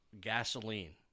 gasoline